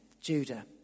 Judah